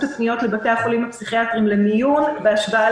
הפניות לבתי החולים הפסיכיאטריים למיון בהשוואה